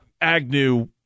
Agnew